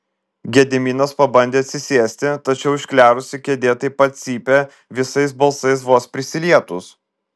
gediminas pabandė atsisėsti tačiau išklerusi kėdė taip pat cypė visais balsais vos prisilietus